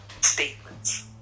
statements